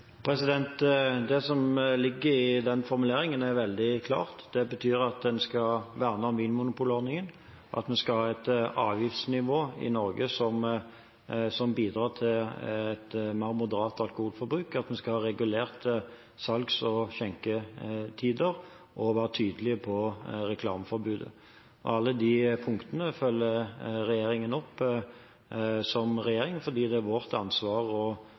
Det som ligger i den formuleringen, er veldig klart. Det betyr at en skal verne om vinmonopolordningen, at vi skal ha et avgiftsnivå i Norge som bidrar til et mer moderat alkoholforbruk, at vi skal ha regulerte salgs- og skjenketider og være tydelige på reklameforbudet. Alle disse punktene følger regjeringen opp som regjering, fordi det er vårt ansvar